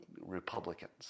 Republicans